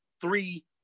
three